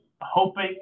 hoping